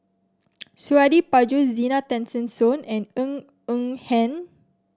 Suradi Parjo Zena Tessensohn and Ng Eng Hen